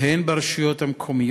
הן ברשויות המקומיות